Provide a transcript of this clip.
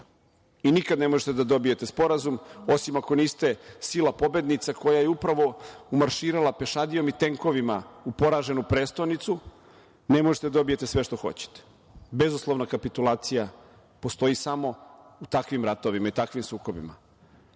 i nikada ne možete da dobijete sporazum osim ako niste sila pobednica koja je upravo umarširala pešadijom i tenkovima u poraženu prestonicu, ne možete da dobijete sve što hoćete. Bezuslovna kapitulacija postoji samo u takvim ratovima i takvim sukobima.